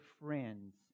friends